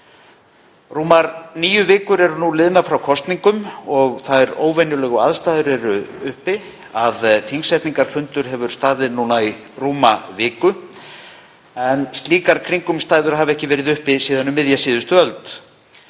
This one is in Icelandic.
Rúmar níu vikur eru liðnar frá kosningum og þær óvenjulegu aðstæður eru uppi að þingsetningarfundur hefur staðið núna í rúma viku, en slíkar kringumstæður hafa ekki verið uppi síðan um miðja síðustu öld.